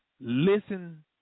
listen